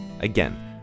Again